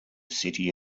city